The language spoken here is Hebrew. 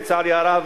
לצערי הרב,